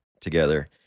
together